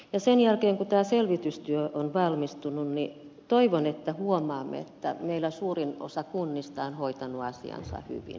ja sen jälkeen kun tämä selvitystyö on valmistunut niin toivon että huomaamme että meillä suurin osa kunnista on hoitanut asiansa hyvin